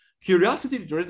Curiosity